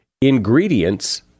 Ingredients